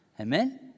Amen